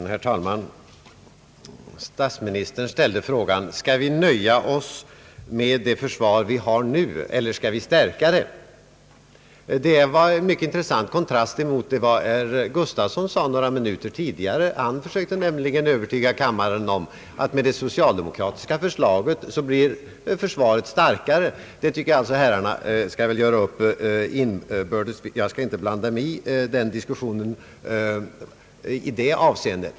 Herr talman! Statsministern ställde frågan: Skall vi nöja oss med det försvar som vi nu har eller skall vi stärka det? Frågan utgör en mycket intressant kontrast mot vad herr Bengt Gustavsson sade för några minuter sedan. Han försökte nämligen övertyga kammaren om att försvaret skulle bli starkare genom det socialdemokratiska förslaget. Jag tycker att herrarna skall göra upp inbördes. Jag skall inte blanda mig i diskussionen i det avseendet.